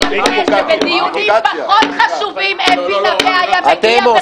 שבדיונים פחות חשובים אפי נוה היה מגיע בכבודו ובעצמו.